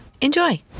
Enjoy